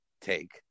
take